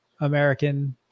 American